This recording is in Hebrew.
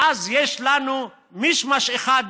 ואז יש לנו מישמש אחד,